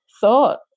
thought